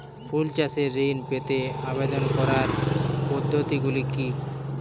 ফুল চাষে ঋণ পেতে আবেদন করার পদ্ধতিগুলি কী?